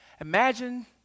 imagine